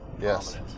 Yes